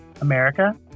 america